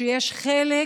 שיש חלק